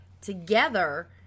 together